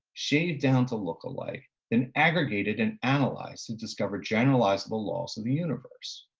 shaved down to look alike and aggregated and analyzed and discovered generalized the laws of the universe.